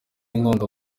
inkunga